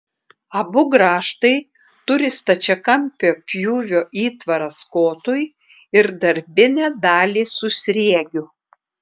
abu grąžtai turi stačiakampio pjūvio įtvaras kotui ir darbinę dalį su sriegiu